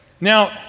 Now